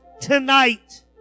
tonight